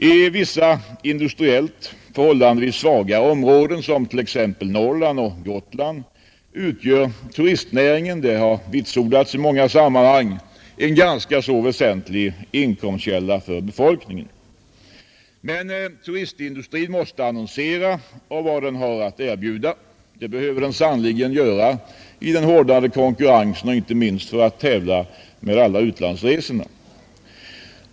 I vissa industriellt förhållandevis svaga områden, som t.ex. Norrland och Gotland, utgör turistnäringen, det har vitsordats i många sammanhang, en ganska väsentlig inkomstkälla för befolkningen. Men turistindustrin måste annonsera om vad den har att erbjuda — det behöver den sannerligen göra i den hårdnande konkurrensen och inte minst för att tävla med alla utlandsresor.